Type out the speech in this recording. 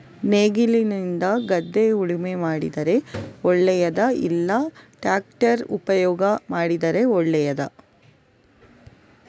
ನೇಗಿಲಿನಿಂದ ಗದ್ದೆ ಉಳುಮೆ ಮಾಡಿದರೆ ಒಳ್ಳೆಯದಾ ಇಲ್ಲ ಟ್ರ್ಯಾಕ್ಟರ್ ಉಪಯೋಗ ಮಾಡಿದರೆ ಒಳ್ಳೆಯದಾ?